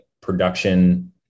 production